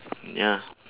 ya